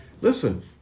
listen